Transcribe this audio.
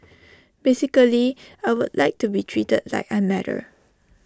basically I would like to be treated like I matter